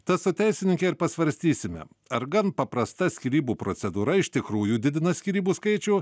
tad su teisininke ir pasvarstysime ar gan paprasta skyrybų procedūra iš tikrųjų didina skyrybų skaičių